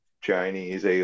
Chinese